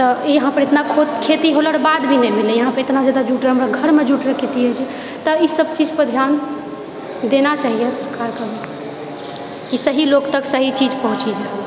तऽ यहाँपर इतना खेती होलोके बादभी नहि मिलैए यहाँपर इतना जादा जूट घरमे जूट रखतिऐ तऽ ई सब चीज पर ध्यान देना चाहिए सरकारके कि सहि लोगतक सहि चीज पहुँचि जाए